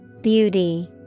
Beauty